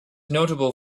notable